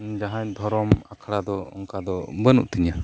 ᱡᱟᱦᱟᱱ ᱫᱷᱚᱨᱚᱢ ᱟᱠᱷᱟᱲᱟ ᱫᱚ ᱚᱱᱠᱟ ᱫᱚ ᱵᱟᱹᱱᱩᱜ ᱛᱤᱧᱟᱹ